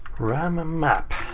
ram map.